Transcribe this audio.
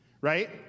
right